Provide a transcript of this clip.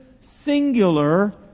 singular